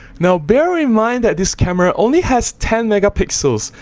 now bear in mind that this camera only has ten megapixels,